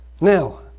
now